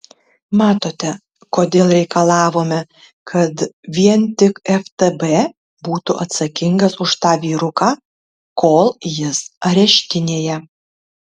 matote kodėl reikalavome kad vien tik ftb būtų atsakingas už tą vyruką kol jis areštinėje